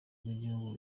rw’igihugu